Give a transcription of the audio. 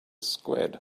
squid